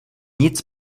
nic